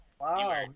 wow